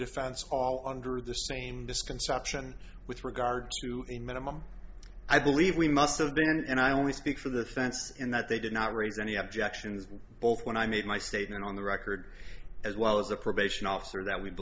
defense all under the same disc construction with regard to a minimum i believe we must have been and i only speak for the fence in that they did not raise any objections both when i made my statement on the record as well as a probation officer that we